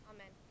Amen